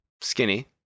Skinny